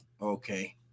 Okay